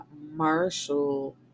marshall